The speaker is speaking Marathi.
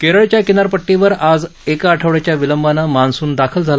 केरळच्या किनारपट्टीवर आज एक आठवड्याच्या विलंबानं मान्सून दाखल झाला